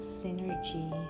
synergy